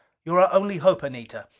you're our only hope, anita!